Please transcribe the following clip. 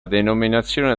denominazione